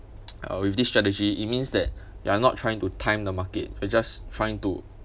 uh with this strategy it means that you are not trying to time the market you just trying to